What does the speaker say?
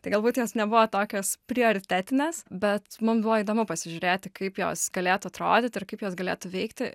tai galbūt jos nebuvo tokios prioritetinės bet mum buvo įdomu pasižiūrėti kaip jos galėtų atrodyti ir kaip jos galėtų veikti